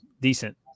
decent